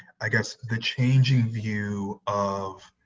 i guess, the changing view of